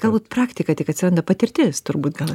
galbūt praktika tik atsiranda patirtis turbūt gal